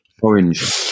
Orange